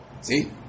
See